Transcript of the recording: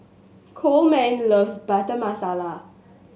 Coleman loves Butter Masala